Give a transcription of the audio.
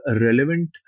relevant